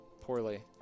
poorly